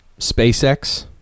SpaceX